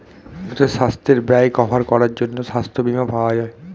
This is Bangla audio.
মানুষের সাস্থের ব্যয় কভার করার জন্যে সাস্থ বীমা পাওয়া যায়